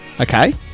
okay